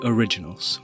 Originals